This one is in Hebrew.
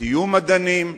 תהיו מדענים,